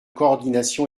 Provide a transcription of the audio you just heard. coordination